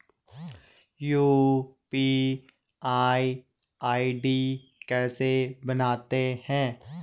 UPI ID कैसे बनाते हैं?